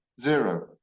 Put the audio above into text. Zero